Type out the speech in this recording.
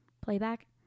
playback